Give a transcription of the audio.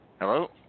Hello